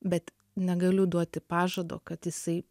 bet negaliu duoti pažado kad jisai